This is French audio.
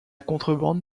contrebande